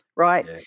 Right